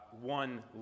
one